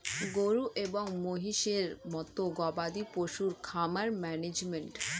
গরু এবং মহিষের মতো গবাদি পশুর খামার ম্যানেজমেন্ট